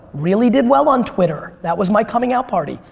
really did well on twitter. that was my coming-out party.